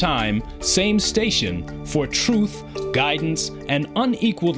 time same station for truth guidance and unequal